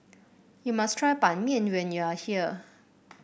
you must try Ban Mian when you are here